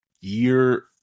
year